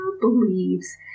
believes